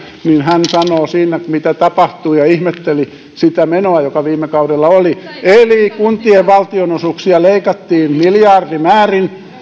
hän sanoo siinä mitä tapahtui hän ihmetteli sitä menoa mitä viime kaudella oli eli kuntien valtionosuuksia leikattiin miljardimäärin